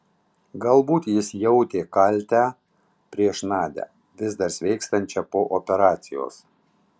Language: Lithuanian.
galbūt jis jautė kaltę prieš nadią vis dar sveikstančią po operacijos